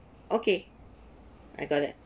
okay I got that